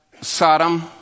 Sodom